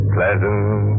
Pleasant